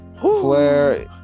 Flair